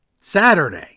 Saturday